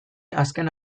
azken